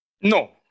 No